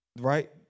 Right